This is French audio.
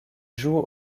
jouent